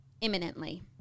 imminently